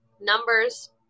numbers